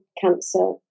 Cancer